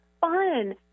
fun